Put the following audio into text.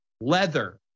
leather